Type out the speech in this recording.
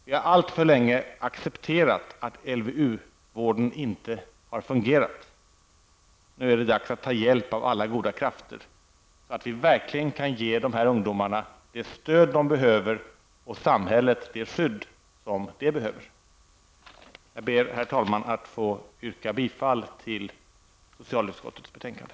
Vi har alltför länge accepterat att LVU-vården inte har fungerat. Nu är det dags att ta hjälp av alla goda krafter, så att vi verkligen kan ge de här ungdomarna det stöd som de behöver och samhället det skydd som det behöver. Jag ber, herr talman, att få yrka bifall till hemställan i socialutskottets betänkande.